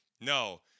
no